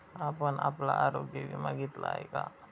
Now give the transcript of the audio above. आपण आपला आरोग्य विमा घेतला आहे का?